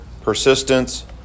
persistence